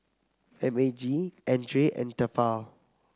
M A G Andre and Tefal